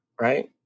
Right